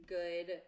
good